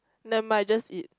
never mind just eat